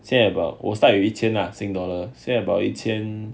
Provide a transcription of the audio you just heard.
现在有 about 我 start with 一千 sing dollar 现在有 about 一千